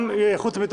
גם ועדת החוץ והביטחון,